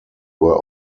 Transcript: were